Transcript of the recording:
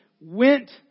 went